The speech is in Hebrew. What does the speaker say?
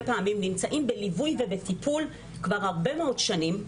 פעמים נמצאים בליווי ובטיפול כבר הרבה מאוד שנים,